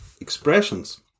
expressions